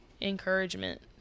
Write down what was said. encouragement